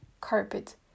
carpet